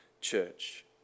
church